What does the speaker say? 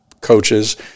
coaches